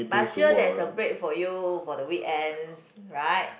but sure there is a break for you for the weekends right